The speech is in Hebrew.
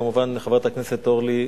כמובן חברת הכנסת אורלי,